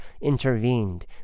intervened